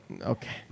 Okay